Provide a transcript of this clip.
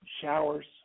showers